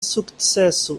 sukcesu